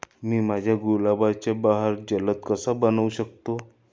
मी माझ्या गुलाबाचा बहर जलद कसा बनवू शकतो?